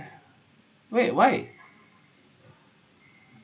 wait why